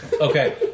Okay